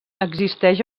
existeix